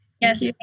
Yes